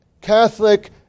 Catholic